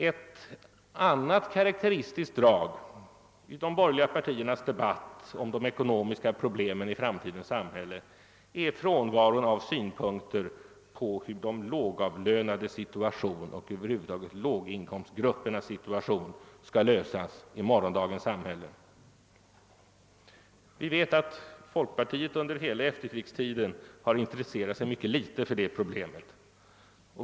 Ett annat karakteristiskt drag i de borgerliga partiernas debatt om de ekonomiska problemen i framtidens samhälle är frånvaron av synpunkter på hur de lågavlönades situation och över huvud taget låginkomstgruppernas situation skall lösas i morgondagens samhälle. Vi vet att folkpartiet under hela efterkrigstiden intresserat sig mycket litet för dessa problem.